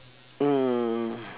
mm